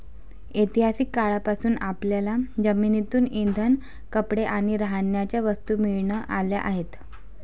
ऐतिहासिक काळापासून आपल्याला जमिनीतून इंधन, कपडे आणि राहण्याच्या वस्तू मिळत आल्या आहेत